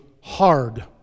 hard